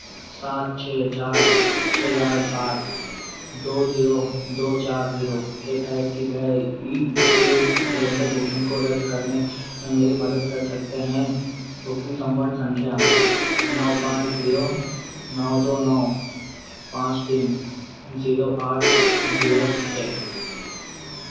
सात छः चार छः आठ सात दो जीरो दो चार जीरो के तहत की गए ई के सिलेण्डर बुकिंग को रद्द करने मेरे मदद कर सकते हैं बुकिंग सम्वट संख्या नौ पाँच जीरो नौ दो नौ पाँच तीन जीरो आठ जीरो है